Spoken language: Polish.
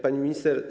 Pani Minister!